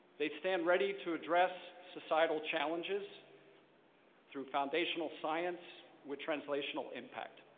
they stand ready to address societal challenges through foundational science with translational impact.